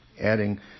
adding